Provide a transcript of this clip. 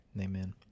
amen